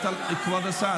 כבוד השר,